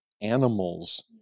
animals